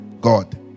God